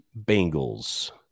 Bengals